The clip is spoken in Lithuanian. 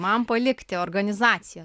man palikti organizaciją